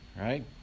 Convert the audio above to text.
right